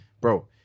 Bro